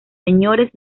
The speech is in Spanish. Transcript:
señores